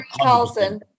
Carlson